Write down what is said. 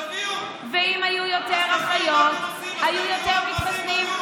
אז תביאו, ואם היו יותר אחיות, היו יותר מתחסנים.